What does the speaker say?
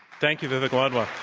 thank you, vivek wadhwa.